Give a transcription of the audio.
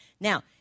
now